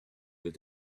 with